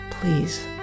please